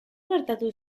gertatu